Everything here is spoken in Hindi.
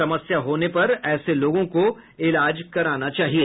समस्या होने पर ऐसे लोगों को इलाज कराना चाहिए